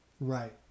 Right